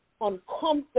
uncomfortable